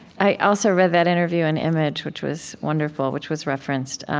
i also read that interview in image, which was wonderful, which was referenced,